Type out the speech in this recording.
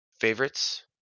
favorites